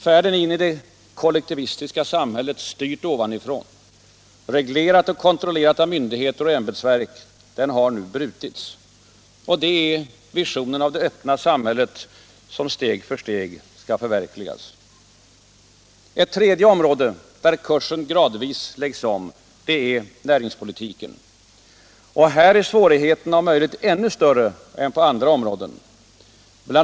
Färden in i det kollektivistiska samhället, styrt ovanifrån, reglerat och kontrollerat av myndigheter och ämbetsverk, har nu brutits. Det är visionen av det öppna samhället som steg för steg skall förverkligas. Ett tredje område, där kursen gradvis läggs om, är näringspolitiken. Här är svårigheterna om möjligt ännu större än på andra områden. Bl.